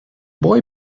boy